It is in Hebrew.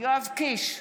יואב קיש,